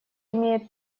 имеет